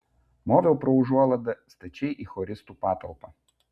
moviau pro užuolaidą stačiai į choristų patalpą